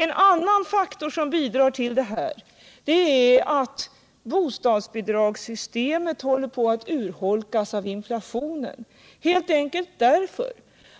En annan faktor som bidrar till försämringen är att bostadsbidragssystemet håller på att urholkas av inflationen, helt enkelt därför